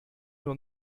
nur